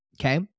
okay